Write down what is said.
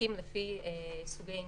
מתחלקים לפי סוגי עניין,